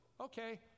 Okay